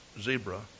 zebra